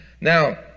Now